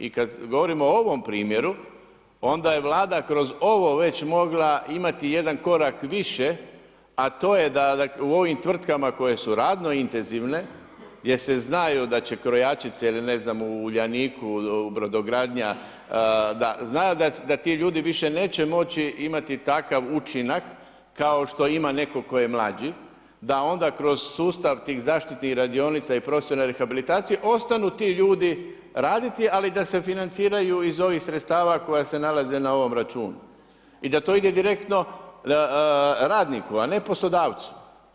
I kada govorimo o ovom primjeru, onda je Vlada kroz ovo već mogla imati ijedan korak više, a to je da u ovim tvrtkama, koje su radno intenzivne, gdje se znaju da će krojačice ili ne znam u Uljaniku, brodogradnja, da zna, da ti ljudi više neće moći imati takav učinak kao što ima netko tko je mlađi, da onda kroz sustav tih zaštitnih radionica i profesionalne rehabilitacije ostanu ti ljudi raditi ali, da se financiraju iz ovih sredstava koja se nalaze na ovom računu i da to ide direktno radniku, a ne poslodavcu.